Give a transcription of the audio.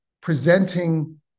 presenting